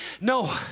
No